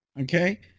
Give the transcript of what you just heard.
Okay